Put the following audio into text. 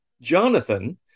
Jonathan